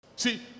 See